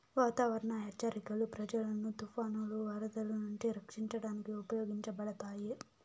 వాతావరణ హెచ్చరికలు ప్రజలను తుఫానులు, వరదలు నుంచి రక్షించడానికి ఉపయోగించబడతాయి